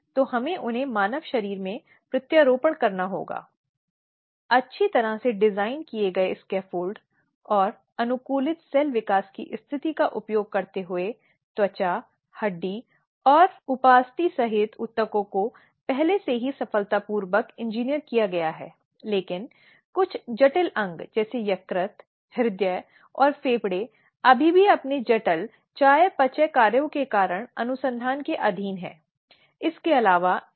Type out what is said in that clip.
अब आम तौर पर प्रारंभिक जांच शब्द कुछ ऐसा है जो पूछताछ में पाया जाता है या पुलिस द्वारा की गई कार्रवाइयों में लेकिन यह उस संदर्भ में समझा जाना है जिस पर चर्चा की जा रही है क्योंकि पहले इसके अनुपालन में यह समझा जाना है कि यह यौन उत्पीड़न क्या है जिस पर बात की जा रही है क्या यह किसी यौन उत्पीड़न के अधिनियम के लिए मुख्य चरण की राशि है